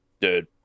Dude